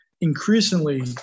increasingly